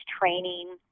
training